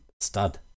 stud